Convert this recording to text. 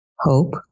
hope